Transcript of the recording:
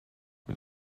mit